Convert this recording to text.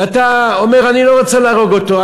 ואתה אומר: אני לא רוצה להרוג אותו,